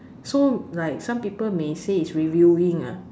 so like some people may say it's revealing ah